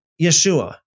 Yeshua